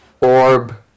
orb